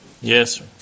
Yes